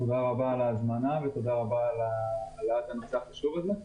תודה על ההזמנה ותודה רבה על הדיון החשוב הזה.